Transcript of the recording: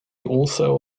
also